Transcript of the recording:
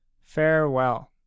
Farewell